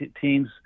teams